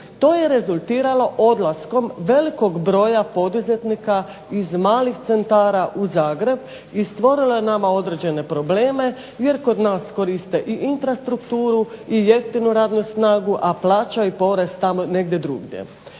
To je rezultiralo odlaskom velikog broja poduzetnika iz malih centara u Zagreb i stvorilo je nama određene probleme jer kod nas koriste i infrastrukturu i jeftinu radnu snagu, a plaćaju porez tamo negdje drugdje.